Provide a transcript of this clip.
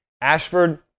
Ashford